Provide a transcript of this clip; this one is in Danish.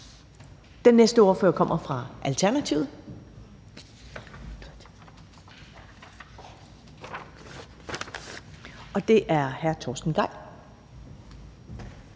Den næste ordfører kommer fra Alternativet, og det er hr. Torsten Gejl.